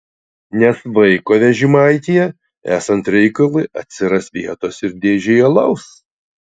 nes vaiko vežimaityje esant reikalui atsiras vietos ir dėžei alaus